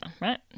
right